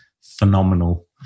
phenomenal